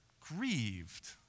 grieved